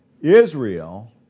Israel